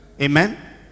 Amen